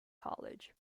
college